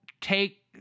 take